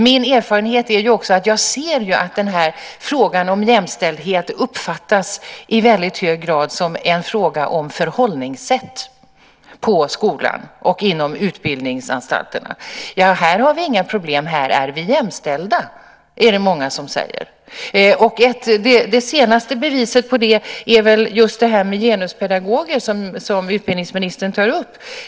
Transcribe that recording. Min erfarenhet är också att jag ser att frågan om jämställdhet i hög grad uppfattas som en fråga om förhållningssätt på skolan och inom utbildningsanstalterna. Det är många som säger: "Här har vi inga problem, här är vi jämställda." Det senaste beviset på det är frågan om genuspedagoger, som utbildningsministern tar upp.